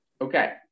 okay